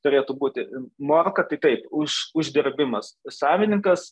turėtų būti moka tiktai už uždirbimas savininkas